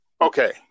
Okay